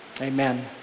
amen